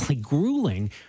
grueling